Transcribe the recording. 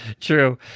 True